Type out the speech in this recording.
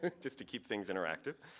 ah just to keep things interactive.